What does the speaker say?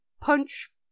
punch